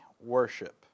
worship